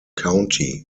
county